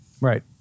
Right